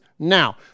Now